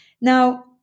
Now